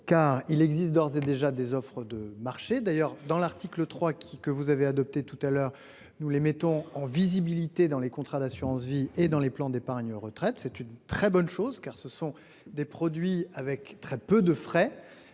car il existe d'ores et déjà des offres de marché d'ailleurs dans l'article 3 qui que vous avez adopté tout à l'heure, nous les mettons en visibilité dans les contrats d'assurance vie et dans les plans d'épargne retraite. C'est une très bonne chose, car ce sont des produits avec très peu de frais.